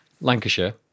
Lancashire